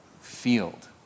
field